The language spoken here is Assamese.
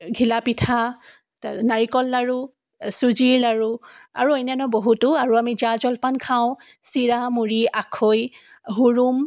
ঘিলা পিঠা তা নাৰিকল লাৰু চুজিৰ লাৰু আৰু অন্যান্য বহুতো আৰু আমি জা জলপান খাওঁ চিৰা মুড়ি আখৈ হুৰুম